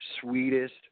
sweetest